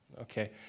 Okay